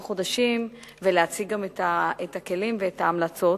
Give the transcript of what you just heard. חודשים ולהציג גם את הכלים ואת ההמלצות.